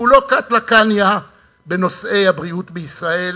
שהוא לא קטלא קניא בנושאי הבריאות בישראל